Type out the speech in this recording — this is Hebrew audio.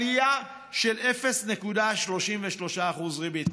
עלייה של 0.33% ריבית.